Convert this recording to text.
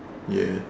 ya